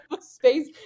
space